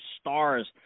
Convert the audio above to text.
stars